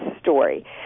story